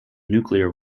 nuclear